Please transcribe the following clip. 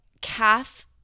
calf